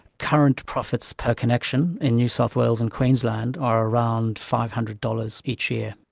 current profits per connection in new south wales and queensland are around five hundred dollars each year.